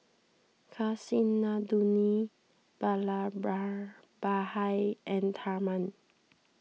Kasinadhuni Vallabhbhai and Tharman